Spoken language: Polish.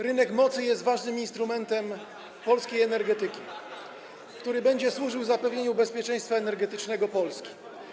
Rynek mocy jest ważnym instrumentem polskiej energetyki, który będzie służył zapewnieniu bezpieczeństwa energetycznego Polski.